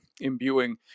imbuing